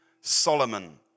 Solomon